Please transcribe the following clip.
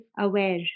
aware